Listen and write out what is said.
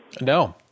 No